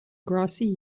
grassy